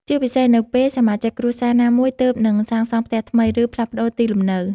ជាពិសេសនៅពេលសមាជិកគ្រួសារណាមួយទើបនឹងសាងសង់ផ្ទះថ្មី ឬផ្លាស់ប្តូរទីលំនៅ។